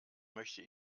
möchte